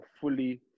fully